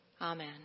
Amen